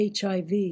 HIV